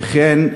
וכן,